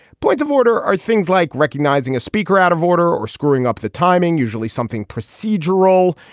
point of order. are things like recognizing a speaker out of order or screwing up the timing? usually something procedural.